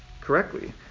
correctly